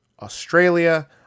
australia